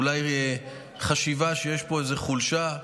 אולי חשיבה שיש פה איזו חולשה.